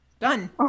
Done